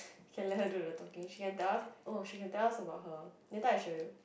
okay let her do the talking she can tell us oh she can tell us about her later I show you